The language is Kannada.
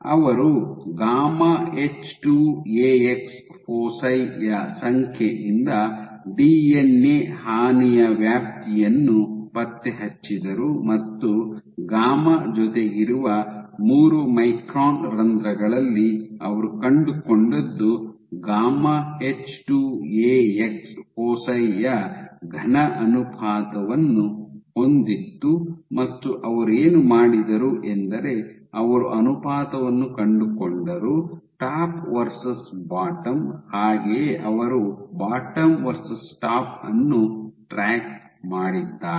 ಅವರು ಗಾಮಾ ಎಚ್ 2 ಎಎಕ್ಸ್ ಫೋಸಿ ಯ ಸಂಖ್ಯೆಯಿಂದ ಡಿಎನ್ಎ ಹಾನಿಯ ವ್ಯಾಪ್ತಿಯನ್ನು ಪತ್ತೆಹಚ್ಚಿದರು ಮತ್ತು ಗಾಮಾ ಜೊತೆಗಿರುವ ಮೂರು ಮೈಕ್ರಾನ್ ರಂಧ್ರಗಳಲ್ಲಿ ಅವರು ಕಂಡುಕೊಂಡದ್ದು ಗಾಮಾ ಎಚ್ 2 ಎಎಕ್ಸ್ ಫೋಸಿ ಯ ಘನ ಅನುಪಾತವನ್ನು ಹೊಂದಿತ್ತು ಮತ್ತು ಅವರು ಏನು ಮಾಡಿದರು ಎಂದರೆ ಅವರು ಅನುಪಾತವನ್ನು ಕಂಡುಕೊಂಡರು ಟಾಪ್ ವರ್ಸಸ್ ಬಾಟಮ್ ಹಾಗೆಯೇ ಅವರು ಬಾಟಮ್ ವರ್ಸಸ್ ಟಾಪ್ ಅನ್ನು ಟ್ರ್ಯಾಕ್ ಮಾಡಿದ್ದಾರೆ